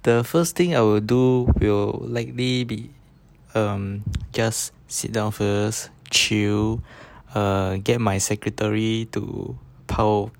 the first thing I will do will likely be um just sit down first chill err get my secretary to 泡